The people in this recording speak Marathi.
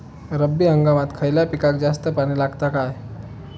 रब्बी हंगामात खयल्या पिकाक जास्त पाणी लागता काय?